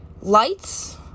lights